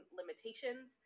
limitations